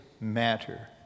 matter